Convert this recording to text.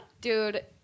Dude